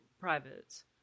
privates